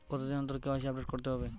কতদিন অন্তর KYC update করতে হবে?